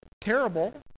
terrible